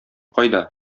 кайда